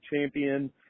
champion